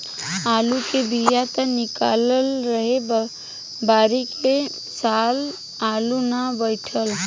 आलू के बिया त निकलल रहे बाकिर ए साल आलू ना बइठल